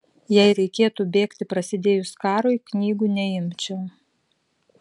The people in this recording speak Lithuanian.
jei reikėtų bėgti prasidėjus karui knygų neimčiau